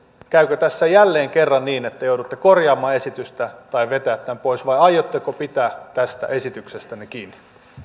käykö tässä jälleen kerran niin että te joudutte korjaamaan esitystä tai vetämään tämän pois vai aiotteko pitää tästä esityksestänne kiinni